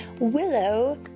Willow